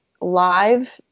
live